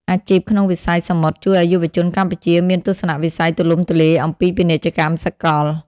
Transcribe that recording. អាជីពក្នុងវិស័យសមុទ្រជួយឱ្យយុវជនកម្ពុជាមានទស្សនវិស័យទូលំទូលាយអំពីពាណិជ្ជកម្មសកល។